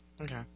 Okay